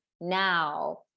now